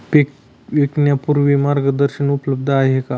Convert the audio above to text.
पीक विकण्यापूर्वी मार्गदर्शन उपलब्ध आहे का?